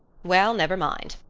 well, never mind.